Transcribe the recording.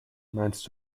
meinst